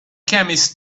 chemist